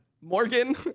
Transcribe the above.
Morgan